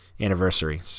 anniversary